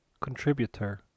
contributor